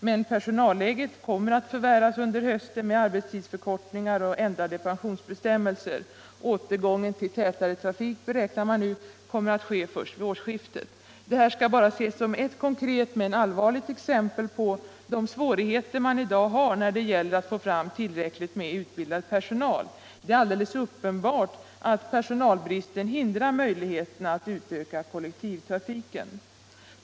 Men personalläget kommer att förvärras under hösten genom arbetstidsförkortningar och ändrade pensionsbestämmelser. Återgången till tätare trafik beräknar man nu kommer att ske först till årsskiftet. Det här skall bara ses som ett konkret, men allvarligt, exempel på de svårigheter man i dag har när det gäller att få fram tillräckligt med utbildad personal. Det är alldeles uppenbart att personalbristen minskar möjligheterna att utöka kollektivtrafiken.